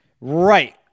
Right